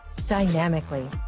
dynamically